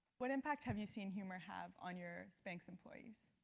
what impact have you seen humor have on your spanx employees?